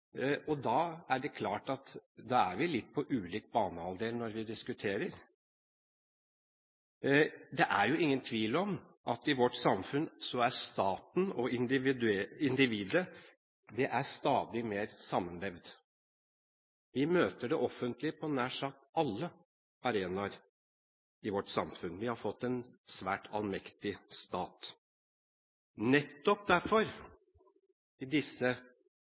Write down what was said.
Da er det klart at vi er på litt ulik banehalvdel når vi diskuterer. Det er ingen tvil om at i vårt samfunn er staten og individet stadig mer sammenvevd. Vi møter det offentlige på nær sagt alle arenaer i vårt samfunn. Vi har fått en svært allmektig stat. Nettopp derfor, i disse